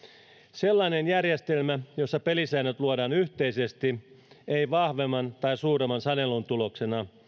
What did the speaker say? sellainen järjestelmä jossa pelisäännöt luodaan yhteisesti ei vahvemman tai suuremman sanelun tuloksena